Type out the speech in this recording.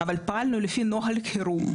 אבל פעלנו לפי נוהל חירום,